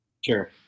Sure